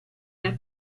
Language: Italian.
nel